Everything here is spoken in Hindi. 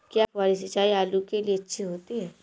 क्या फुहारी सिंचाई आलू के लिए अच्छी होती है?